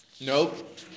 Nope